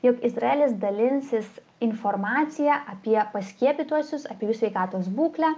jog izraelis dalinsis informacija apie paskiepytuosius apie jų sveikatos būklę